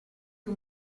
più